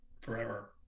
forever